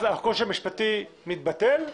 אז הקושי המשפטי מתבטל?